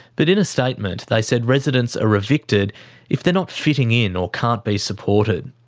but in a statement, they said residents are evicted if they're not fitting in or can't be supported.